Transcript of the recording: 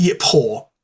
poor